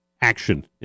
action